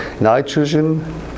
nitrogen